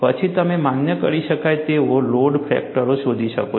પછી તમે માન્ય કરી શકાય તેવો લોડ ફેક્ટરો શોધી શકો છો